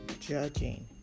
judging